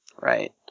Right